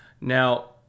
now